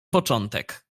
początek